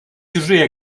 чужие